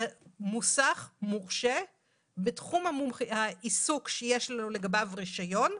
זה מוסך מורשה בתחום העיסוק שיש לו לגביו רישיון,